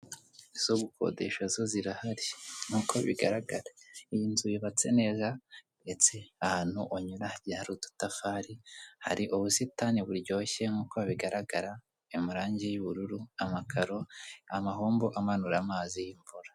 Izo gukodesha zo zirahari nkuko bigaragara iyi nzu yubatse neza ndetse ahantu annyura ya rututafari hari ubusitani buryoshye nk'uko bigaragara amarange y'ubururu, amakaro, amahombo amanura amazi y'imvura.